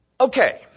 Okay